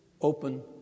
open